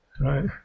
Right